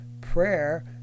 prayer